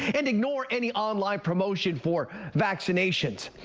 and ignore any online promotion for vaccinations.